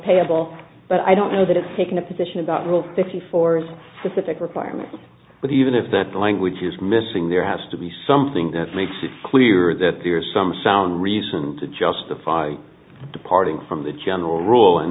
payable but i don't know that it's taking a position about rule fifty four hours to set that requirement but even if that language is missing there has to be something that makes it clear that there is some sound reason to justify departing from the general rule